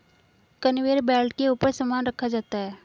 conveyor belt के ऊपर सामान रखा जाता है